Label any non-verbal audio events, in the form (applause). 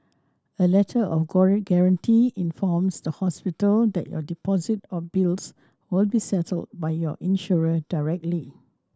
a Letter of (unintelligible) Guarantee informs the hospital that your deposit or bills will be settled by your insurer directly